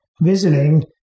visiting